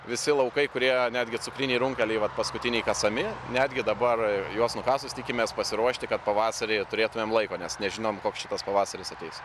visi laukai kurie netgi cukriniai runkeliai vat paskutiniai kasami netgi dabar juos nukasus tikimės pasiruošti kad pavasarį turėtumėm laiko nes nežinom koks šitas pavasaris ateis